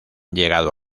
llegado